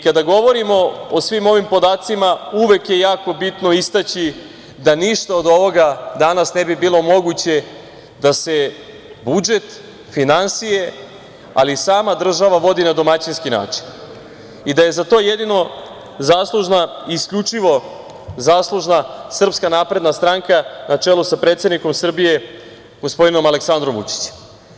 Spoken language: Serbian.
Kada govorimo o svim ovim podacima, uvek je jako bitno istaći da ništa od ovoga danas ne bi bilo moguće da se budžet, finansije, ali i sama država vodi na domaćinski način i da je za to jedino i isključivo zaslužna SNS, na čelu sa predsednikom Srbije, gospodinom Aleksandrom Vučićem.